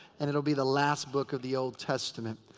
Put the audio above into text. and it will be the last book of the old testament.